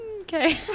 okay